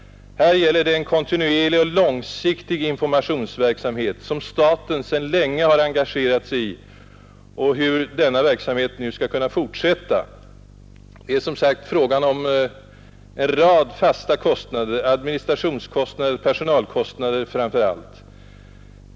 Här gäller det en kontinuerlig och långsiktig informationsverksamhet, som staten sedan länge har engagerat sig i, om hur denna verksamhet nu skall kunna fortsättas. Det är ju som jag tidigare understrukit här främst fråga om en rad fasta kostnader, framför allt administrationskostnader och personalkostnader.